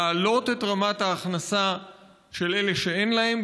להעלות את רמת ההכנסה של אלה שאין להם,